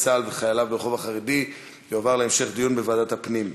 צה"ל וחייליו ברחוב החרדי יועבר להמשך דיון בוועדת הפנים.